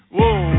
Whoa